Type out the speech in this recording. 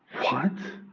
what?